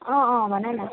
अँ अँ भन न